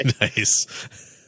Nice